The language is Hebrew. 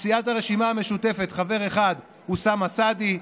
מסיעת הרשימה המשותפת חבר אחד: אוסאמה סעדי,